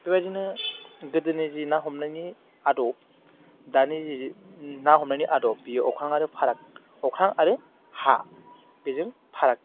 बेबायदिनो गोदोनि जि ना हमनायनि आदब दानि जि ना हमनायनि आदब बेयो अख्रां आरो फाराग अख्रां आरो हा बेजों फाराग